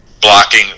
blocking